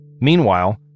Meanwhile